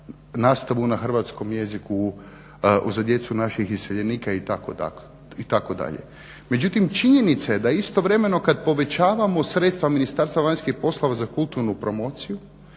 nastavu na hrvatskom jeziku za djecu naših iseljenika itd. Međutim činjenica je da istovremeno kad povećavamo sredstva ministarstva vanjskih poslova za kulturnu promociju